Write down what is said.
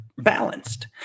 balanced